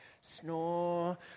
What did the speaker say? snore